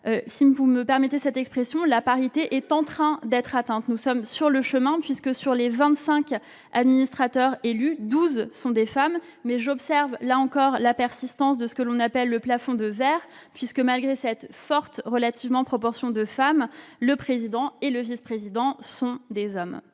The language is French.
si vous me permettez cette expression, la parité est en train d'être atteinte : sur les 25 administrateurs élus, 12 sont des femmes Mais j'observe là encore la persistance de ce que l'on appelle le plafond de verre, puisque, malgré cette relativement forte proportion de femmes, le président et le vice-président sont des hommes.